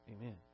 Amen